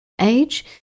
age